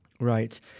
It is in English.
Right